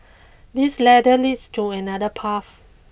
this ladder leads to another path